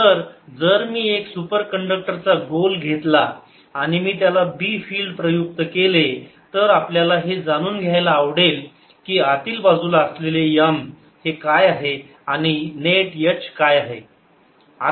तर जर मी एक सुपर कंडक्टरचा गोल घेतला आणि मी त्याला B फिल्ड प्रयूक्त केले तर आपल्याला हे जाणून घ्यायला आवडेल की आतील बाजूला असलेले M काय आहे आणि नेट H काय आहे